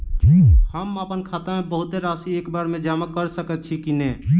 हम अप्पन खाता मे बहुत राशि एकबेर मे जमा कऽ सकैत छी की नै?